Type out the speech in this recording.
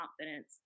confidence